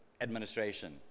administration